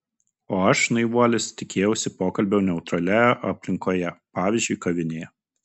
o aš naivuolis tikėjausi pokalbio neutralioje aplinkoje pavyzdžiui kavinėje